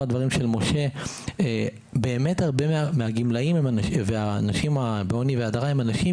הדברים של משה שהרבה מהגמלאים והאנשים שנמצאים בעוני ובהדרה הם אנשים